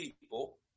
people